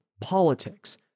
politics